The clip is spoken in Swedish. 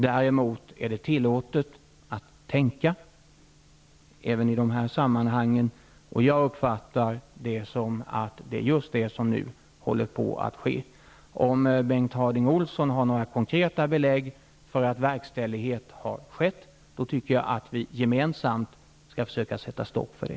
Däremot är det tillåtet att tänka även i de här sammanhangen, och jag uppfattar det så att detta är just vad som nu håller på att ske. Om Bengt Harding Olson har några konkreta belägg för att verkställighet har skett, tycker jag att vi gemensamt skall försöka sätta stopp för det.